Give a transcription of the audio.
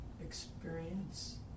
experience